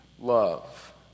love